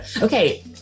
Okay